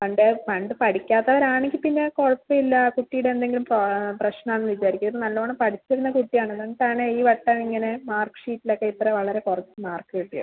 പണ്ടേ പണ്ട് പഠിക്കാത്തവർ ആണെങ്കിൽ പിന്നെ കുഴപ്പമില്ല കുട്ടിയുടെ എന്തെങ്കിലും പ്രശ്നം എന്ന് വിചാരിക്കാം ഇത് നല്ല വണ്ണം പഠിച്ചിരുന്ന കുട്ടിയാണ് എന്നിട്ട് ആണ് ഈ വർഷം ഇങ്ങനെ മാർക്ക് ഷീറ്റിൽ ഒക്കെ ഇത്ര വളരെ കുറച്ച് മാർക്ക് കിട്ടിയത്